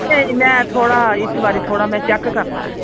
नेईं में मैं थोह्ड़ा इस बारी थोह्ड़ा मैं चेक करना ऐ